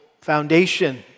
foundation